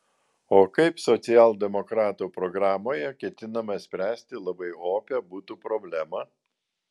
o kaip socialdemokratų programoje ketinama spręsti labai opią butų problemą